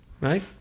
right